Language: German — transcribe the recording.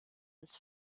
als